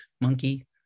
monkey